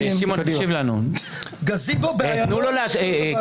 ובכך אתה מכריז שאינך פורק עול אלא מקבל עליך את העול,